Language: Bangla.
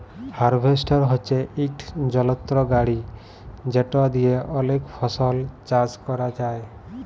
হার্ভেস্টর হছে ইকট যলত্র গাড়ি যেট দিঁয়ে অলেক ফসল চাষ ক্যরা যায়